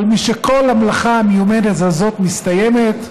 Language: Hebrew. אבל משכל המלאכה המיומנת הזאת מסתיימת,